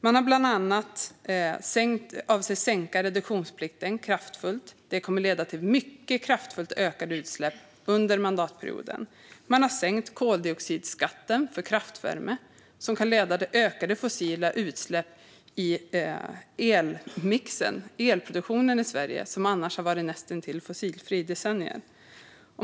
Man avser bland annat att sänka reduktionsplikten kraftfullt. Det kommer att leda till kraftigt ökade utsläpp under mandatperioden. Man har sänkt koldioxidskatten för kraftvärme, som kan leda till ökade fossila utsläpp i elmixen, elproduktionen, i Sverige, som annars har varit näst intill fossilfri i decennier.